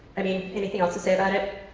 i mean anything else to say about it?